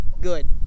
good